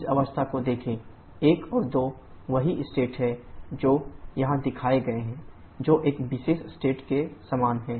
इस अवस्था को देखें 1 और 2 वही स्टेट हैं जो यहाँ दिखाए गए हैं जो इस विशेष स्टेट के समान है